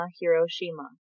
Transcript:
Hiroshima